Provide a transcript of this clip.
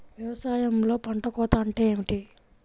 వ్యవసాయంలో పంట కోత అంటే ఏమిటి?